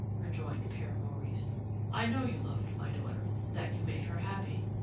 rejoined pere maurice i know you loved my daughter, that you made her happy,